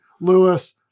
Lewis